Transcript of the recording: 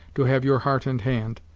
to have your heart and hand,